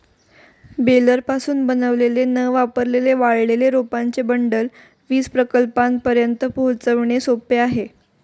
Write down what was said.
बेलरपासून बनवलेले न वापरलेले वाळलेले रोपांचे बंडल वीज प्रकल्पांपर्यंत पोहोचवणे सोपे आहे